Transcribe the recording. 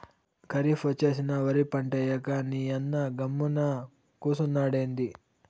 కరీఫ్ ఒచ్చేసినా ఒరి పంటేయ్యక నీయన్న గమ్మున కూసున్నాడెంది